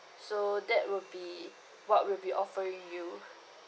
so that will be what we'll be offering you